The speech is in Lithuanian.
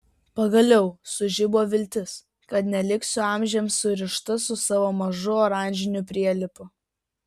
pagaliau sužibo viltis kad neliksiu amžiams surišta su savo mažu oranžiniu prielipu